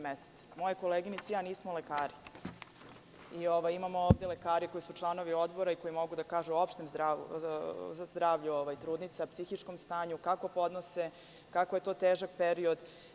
Moje koleginice i ja nismo lekari, ali imamo ovde lekare koji su članovi Odbora i koji mogu da kažu o opštem zdravlju trudnica, psihičkom stanju, kako podnose i kako je to težak period.